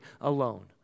alone